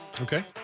Okay